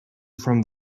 from